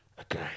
Okay